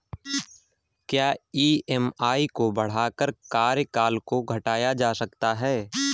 क्या ई.एम.आई को बढ़ाकर कार्यकाल को घटाया जा सकता है?